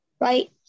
Right